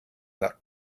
that